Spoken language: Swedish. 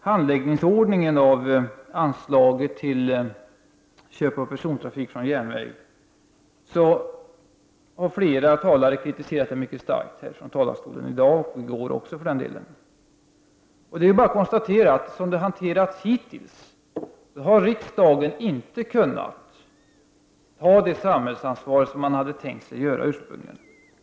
Handläggningsordningen när det gäller anslaget till köp av persontrafik på järnväg har flera talare kritiserat mycket starkt både i dag och i går. Som frågan hanterats hittills har riksdagen inte kunnat ta det samhällsansvar som vi hade tänkt oss ursprungligen.